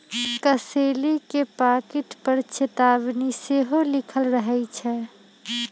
कसेली के पाकिट पर चेतावनी सेहो लिखल रहइ छै